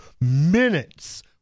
minutes